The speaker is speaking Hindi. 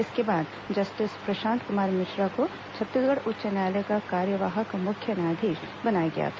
इसके बाद जस्टिस प्रशांत कुमार मिश्रा को छत्तीसगढ़ उच्च न्यायालय का कार्यवाहक न्यायाधीश बनाया गया था